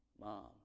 Mom